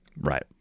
Right